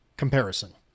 comparison